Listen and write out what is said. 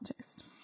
taste